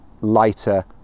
lighter